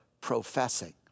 professing